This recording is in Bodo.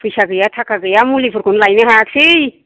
फैसा गैया थाखा गैया मुलिफोरखौनो लायनो हायाखैसै